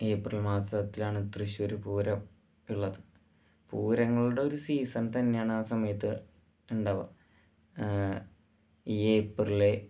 April മാസത്തിലാണ് തൃശ്ശൂർ പൂരം ഉള്ളത് പൂരങ്ങളുടെ ഒരു സീസന് തന്നെയാണ് ആ സമയത്ത് ഉണ്ടാവുക ഈ ഏപ്രില്